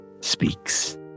speaks